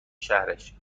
شهرش